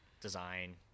design